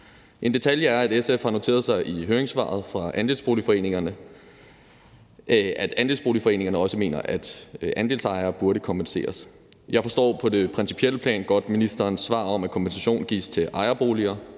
En detalje er, at SF har noteret sig i høringssvaret fra Andelsboligforeningernes Fællesrepræsentation, at andelsboligforeningerne mener, at andelsejere også burde kompenseres. Jeg forstår på det principielle plan godt ministerens svar om, at kompensation gives til ejerboliger.